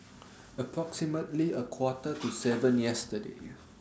approximately A Quarter to seven yesterday